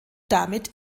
damit